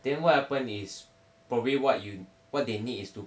then what happen is probably what you what they need is to